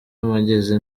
mpageze